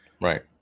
right